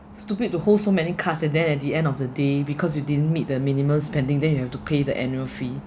stupid to hold so many cards and then at the end of the day because you didn't meet the minimum spending then you have to pay the annual fee